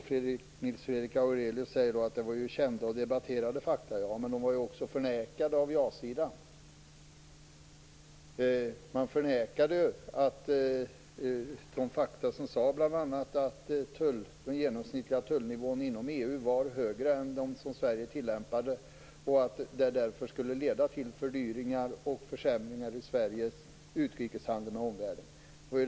Nils Fredrik Aurelius säger att det var kända och debatterade faktauppgifter. Ja, så var det, men de var också förnekade av ja-sidan. Man förnekade bl.a. faktauppgifterna om att den genomsnittliga tullnivån inom EU var högre än den som Sverige tillämpade och att det skulle leda till fördyringar och försämringar i Sveriges utrikeshandel med omvärlden.